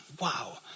wow